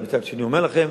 אבל מצד שני אני אומר לכם,